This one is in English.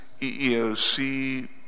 EEOC